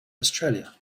australia